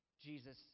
Jesus